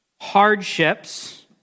hardships